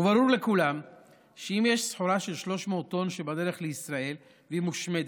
ברור לכולם שאם יש סחורה של 300 טונות בדרך לישראל והיא מושמדת,